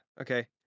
Okay